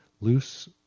Loose